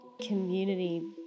community